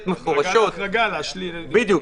מפורשות --- החרגה על החרגה --- בדיוק.